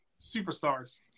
superstars